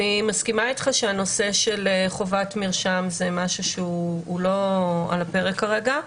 אני מסכימה איתך שהנושא של חובת מרשם זה משהו שהוא לא על הפרק כרגע.